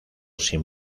sin